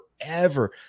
forever